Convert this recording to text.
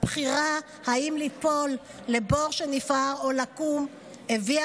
הבחירה אם ליפול לבור שנפער או לקום הביאה